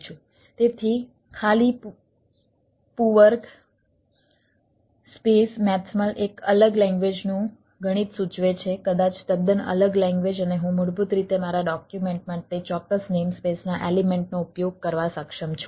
તેથી ખાલી પૂવર્ગ સ્પેસ મેથમલ એક અલગ લેંગ્વેજનું ગણિત સૂચવે છે કદાચ તદ્દન અલગ લેંગ્વેજ અને હું મૂળભૂત રીતે મારા ડોક્યુમેન્ટમાં તે ચોક્કસ નેમસ્પેસના એલિમેન્ટનો ઉપયોગ કરવા સક્ષમ છું